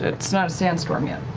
it's not a sandstorm yet.